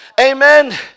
amen